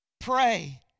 pray